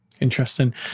interesting